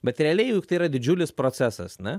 bet realiai juk tai yra didžiulis procesas ne